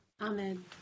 Amen